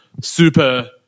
super